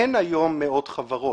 אין היום מאות חברות.